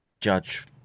judge